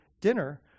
dinner